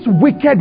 wicked